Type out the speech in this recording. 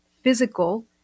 physical